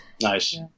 Nice